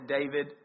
David